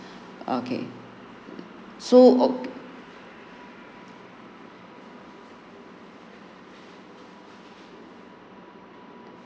okay so